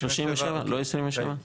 37, לא 27?